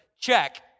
check